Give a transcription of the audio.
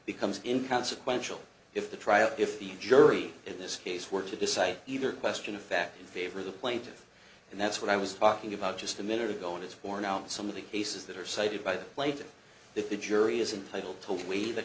becomes in consequential if the trial if the jury in this case were to decide either question of fact in favor of the plaintiff and that's what i was talking about just a minute ago and it's borne out in some of the cases that are cited by the plate that the jury is entitle to weigh the